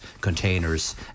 containers